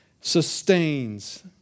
sustains